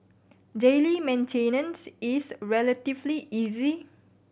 daily maintenance is relatively easy